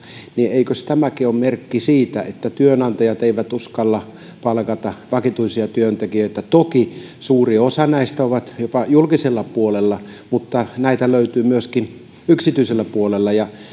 niin eikös tämäkin ole merkki siitä että työnantajat eivät uskalla palkata vakituisia työntekijöitä toki suuri osa näistä on jopa julkisella puolella mutta näitä löytyy myöskin yksityiseltä puolelta